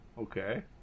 okay